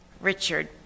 Richard